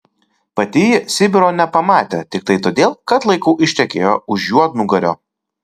pati ji sibiro nepamatė tiktai todėl kad laiku ištekėjo už juodnugario